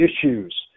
issues